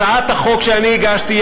הצעת החוק שאני הגשתי,